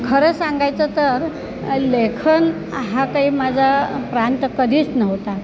खरं सांगायचं तर लेखन हा काही माझा प्रांत कधीच नव्हता